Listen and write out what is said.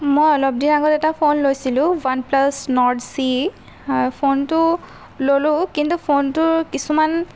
মই অলপ দিন আগত এটা ফোন লৈছিলোঁ ওৱান প্লাছ নৰ্ড চি আৰু ফোনটো ল'লোঁ কিন্তু ফোনটোৰ কিছুমান